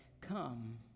come